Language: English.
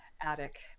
attic